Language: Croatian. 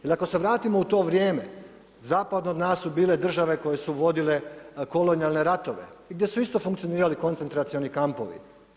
Jer ako se vratimo u to vrijeme, zapadno od nas su bile države koje su vodile kolonijalne ratove i gdje su isto funkcionirali koncentracionalni kampovi.